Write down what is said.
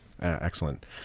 Excellent